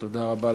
תודה רבה לך,